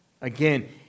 Again